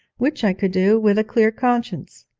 which i could do with a clear conscience.